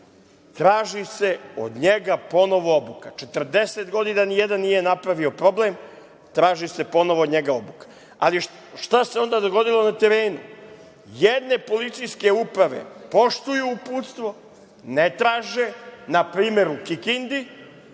traži se od njega ponovo obuka. Nijedan problem nije napravio 40 godina, traži se ponovo od njega obuka. Šta se onda dogodilo na terenu? Jedne policijske uprave poštuju uputstvo, ne traže, na primer u Kikindi